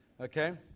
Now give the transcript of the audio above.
Okay